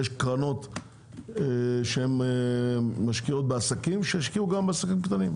יש קרנות שהן משקיעות בעסקים שישקיעו גם בעסקים קטנים.